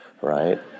right